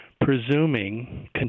presuming